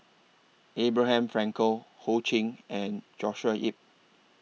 Abraham Frankel Ho Ching and Joshua Ip